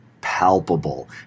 palpable